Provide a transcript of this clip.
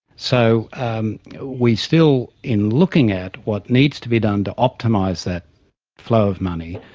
so we still, in looking at what needs to be done to optimise that flow of money,